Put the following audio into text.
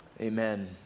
amen